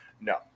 no